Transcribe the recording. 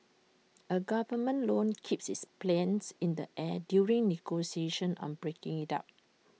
A government loan keeps its planes in the air during negotiations on breaking IT up